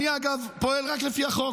אגב, אני פועל רק לפי החוק,